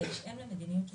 בהתאם למדיניות שתגבש,